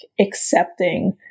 accepting